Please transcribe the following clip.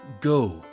Go